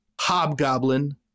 Hobgoblin